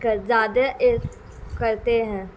کر زیادہ کرتے ہیں